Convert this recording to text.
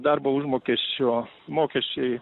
darbo užmokesčio mokesčiai